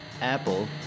Apple